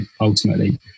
ultimately